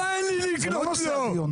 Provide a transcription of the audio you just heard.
במבה אין לי לקנות לו.